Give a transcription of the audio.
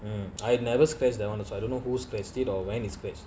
mm I never scratch that [one] also I don't know who scratched it or when it's scratched